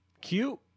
Cute